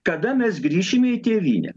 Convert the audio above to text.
kada mes grįšim į tėvynę